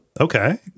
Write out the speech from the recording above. Okay